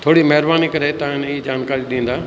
थोरी महिरबानी करे तव्हां इनजी जानकारी ॾींदा